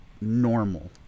Normal